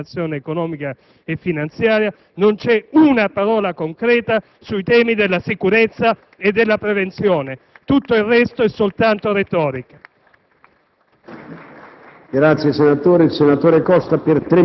tra qualche minuto inizierà la discussione sul Documento di programmazione economico-finanziaria, nel quale non c'è una parola concreta sui temi della sicurezza e della prevenzione: tutto il resto è soltanto retorica!